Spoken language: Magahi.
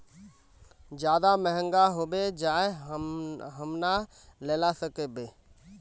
ज्यादा महंगा होबे जाए हम ना लेला सकेबे?